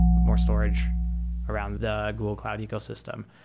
more storage around the google cloud ecosystem.